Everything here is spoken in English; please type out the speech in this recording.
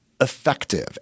Effective